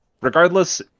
regardless